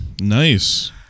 Nice